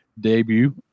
debut